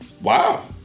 wow